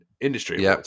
industry